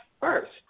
first